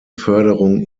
förderung